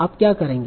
आप क्या करेंगे